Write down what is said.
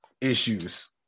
issues